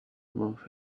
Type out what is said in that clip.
smooth